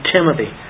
Timothy